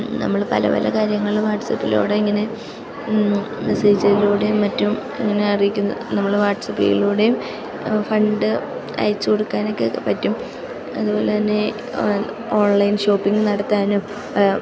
നമ്മൾ പല പല കാര്യങ്ങൾ വാട്സപ്പിലൂടെ ഇങ്ങനെ മെസ്സേജിലൂടെയും മറ്റും ഇങ്ങനെ അറിയിക്കുന്നു നമ്മൾ വാട്സപ്പിലൂടെയും ഫണ്ട് അയച്ച് കൊടുക്കാനൊക്കെപ്പറ്റും അതുപോലെ തന്നെ ഓൺലൈൻ ഷോപ്പിങ് നടത്താനും